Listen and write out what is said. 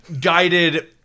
guided